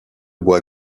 bois